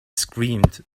screamed